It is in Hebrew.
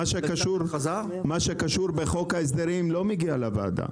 מה שקשור בחוק ההסדרים לא מגיע לוועדה?